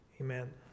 Amen